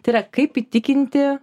tai yra kaip įtikinti